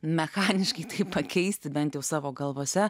mechaniškai tai pakeisti bent jau savo galvose